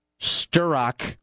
Sturrock